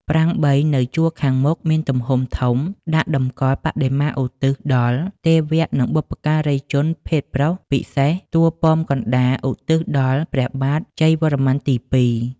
ប្រាង្គ ៣ នៅជួរខាងមុខមានទំហំធំ ដាក់តម្កល់ បដិមាឧទ្ទិសដល់ទេវៈនិងបុព្វការីជនភេទប្រុស ពិសេស តួប៉មកណ្តាល ឧទ្ទិសដល់ព្រះបាទ ជ័យវរ្ម័នទី ២ ។